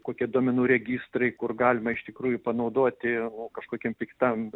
kokie duomenų registrai kur galima iš tikrųjų panaudoti kažkokiem piktam